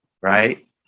right